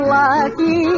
lucky